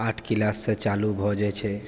आठ क्लाससँ चालू भऽ जाइ छै